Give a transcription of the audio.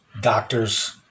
doctors